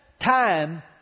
time